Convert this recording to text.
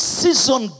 season